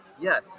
Yes